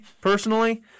personally